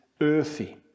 earthy